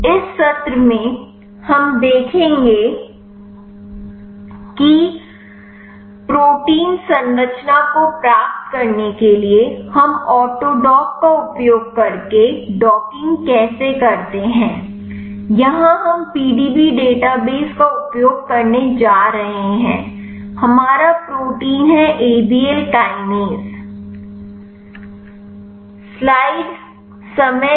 इस सत्र में हम देखेंगे कि प्रोटीन संरचना को प्राप्त करने के लिए हम ऑटोडॉक का उपयोग करके डॉकिंग कैसे करते हैं यहां हम पीडीबी डेटाबेस का उपयोग करने जा रहे हैं हमारा प्रोटीन है ए बी ल काइनेज